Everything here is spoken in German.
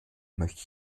möchte